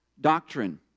doctrine